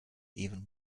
even